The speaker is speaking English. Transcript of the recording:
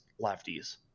lefties